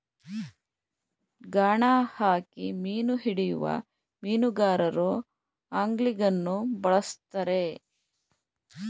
ಗಾಣ ಹಾಕಿ ಮೀನು ಹಿಡಿಯುವ ಮೀನುಗಾರರು ಆಂಗ್ಲಿಂಗನ್ನು ಬಳ್ಸತ್ತರೆ